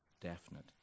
definite